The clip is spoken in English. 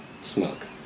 smoke